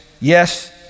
Yes